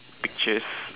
pictures